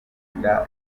igenda